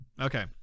Okay